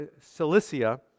Cilicia